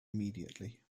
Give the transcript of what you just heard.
immediately